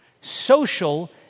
Social